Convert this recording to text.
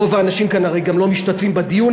רוב האנשים כאן הרי לא משתתפים בדיון,